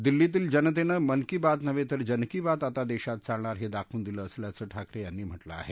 दिल्लीतील जनतेनं मन की बात नव्हे तर जन की बात आता देशात चालणार हे दाखवून दिलं असल्याचं ठाकरे यांनी म्हटलं आहे